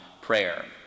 prayer